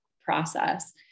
process